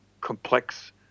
complex